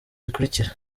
zikurikira